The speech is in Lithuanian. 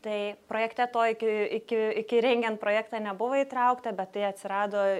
tai projekte to iki iki iki rengiant projektą nebuvo įtraukta bet tai atsirado